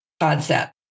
concept